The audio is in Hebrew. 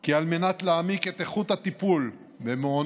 כי על מנת להעמיק את איכות הטיפול במעונות